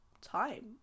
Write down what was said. time